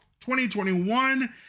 2021